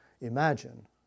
imagine